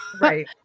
Right